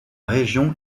région